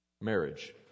marriage